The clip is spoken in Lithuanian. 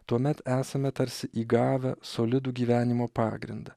tuomet esame tarsi įgavę solidų gyvenimo pagrindą